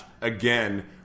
again